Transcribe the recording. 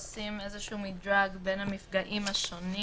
של מספר רשויות כפי שמופיעות כאן.